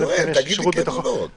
אני שואל, תגיד לי כן או לא.